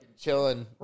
chilling